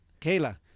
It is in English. Kayla